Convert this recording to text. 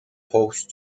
post